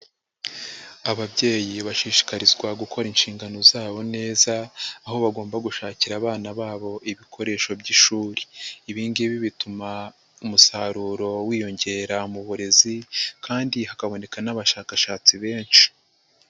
Ababyeyi bashishikarizwa gukora inshingano zabo neza aho bagomba gushakira abana babo ibikoresho by'ishuri, ibi ngibi bituma umusaruro wiyongera mu burezi kandi hakaboneka n'abashakashatsi benshi.